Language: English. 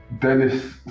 Dennis